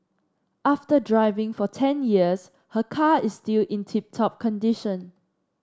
after driving for ten years her car is still in tip top condition